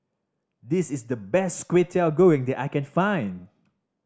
this is the best Kwetiau Goreng that I can find